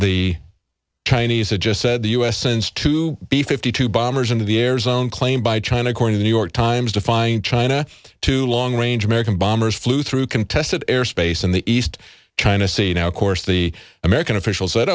the chinese had just said the u s sends to b fifty two bombers into the air zone claimed by china according to new york times to find china two long range american bombers flew through contested airspace in the east china sea now of course the american officials that